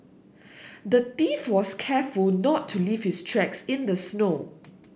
the thief was careful not to leave his tracks in the snow